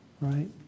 Right